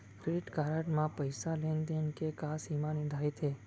Credit card म पइसा लेन देन के का सीमा निर्धारित हे?